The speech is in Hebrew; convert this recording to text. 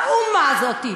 ה"אומה" הזאת,